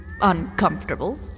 uncomfortable